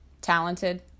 talented